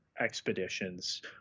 expeditions